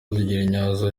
zigiranyirazo